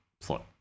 plot